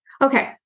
Okay